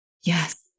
Yes